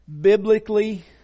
biblically